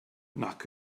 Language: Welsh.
nac